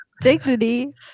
dignity